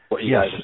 Yes